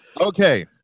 Okay